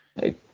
Hey